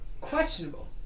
Questionable